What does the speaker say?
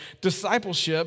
discipleship